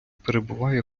перебуває